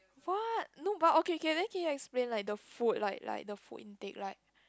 what no but okay okay then can you explain like the food like like the food intake like